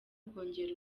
kongera